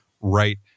right